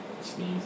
Sneeze